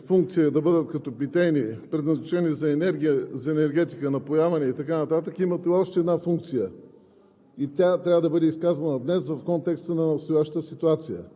Язовирите, освен функция да бъдат като питейни, предназначени за енергетика, напояване и така нататък, имат още една функция